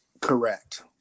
Correct